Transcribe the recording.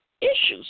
issues